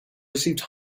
received